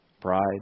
pride